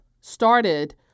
started